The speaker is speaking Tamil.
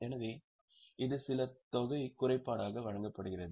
எனவே இது சில தொகை குறைபாடாக வழங்கப்படுகிறது